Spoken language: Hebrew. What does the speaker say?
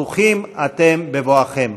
ברוכים אתם בבואכם.